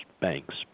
banks